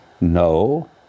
No